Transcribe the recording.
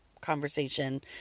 conversation